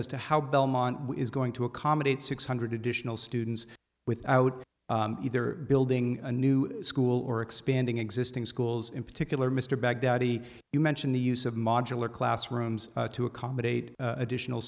as to how belmont is going to accommodate six hundred additional students without either building a new school or expanding existing schools in particular mr baghdadi you mentioned the use of modular classrooms to accommodate additional